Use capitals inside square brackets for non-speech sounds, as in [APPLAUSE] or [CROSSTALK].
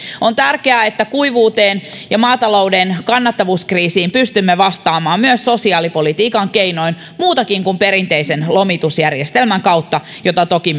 on tärkeää että kuivuuteen ja maatalouden kannattavuuskriisiin pystymme vastaamaan myös sosiaalipolitiikan keinoin muutenkin kuin perinteisen lomitusjärjestelmän kautta jota toki [UNINTELLIGIBLE]